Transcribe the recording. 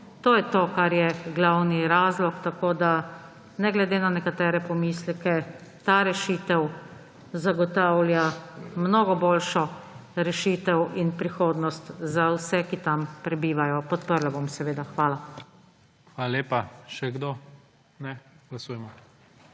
to je to, kar je glavni razlog, tako da, ne glede na nekatere pomisleke, ta rešitev zagotavlja mnogo boljšo rešitev in prihodnost za vse, ki tam prebivajo. Podprla bom seveda. Hvala. **PREDSEDNIK IGOR ZORČIČ:** Hvala lepa. Še kdo? Ne. Glasujemo.